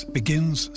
begins